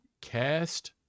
cast